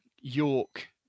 York